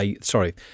sorry